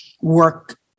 work